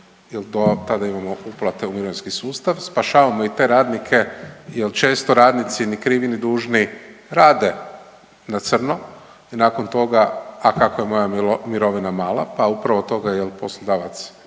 jer tada imamo uplate u mirovinski sustav. Spašavamo i te radnike, jer često radnici ni krivi ni dužnici rade na crno i nakon toga a kako je moja mirovina mala, pa upravo od toga jer poslodavac